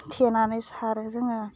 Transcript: थेनानै सारो जोङो